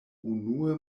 unue